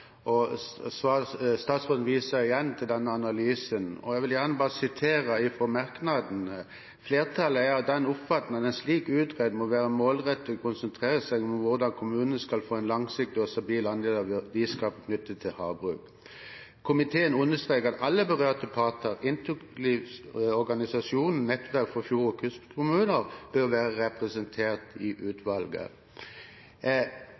statsråden viser igjen til den analysen. Jeg vil gjerne bare sitere fra merknadene: «Flertallet er av den oppfatning at en slik utredning må være målrettet og konsentrere seg om hvordan kommunene skal få en langsiktig og stabil andel av verdiskapningen knyttet til havbruk. Alle berørte parter inkludert organisasjonen Nettverk fjord- og kystkommuner bør være representert i